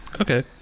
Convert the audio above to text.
Okay